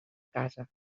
casa